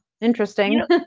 interesting